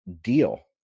deal